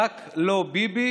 "רק לא ביבי"